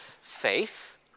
Faith